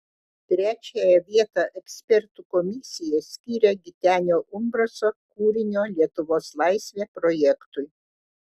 trečiąją vietą ekspertų komisija skyrė gitenio umbraso kūrinio lietuvos laisvė projektui